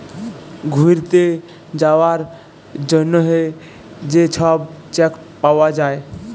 ঘ্যুইরতে যাউয়ার জ্যনহে যে ছব চ্যাক পাউয়া যায়